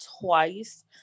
twice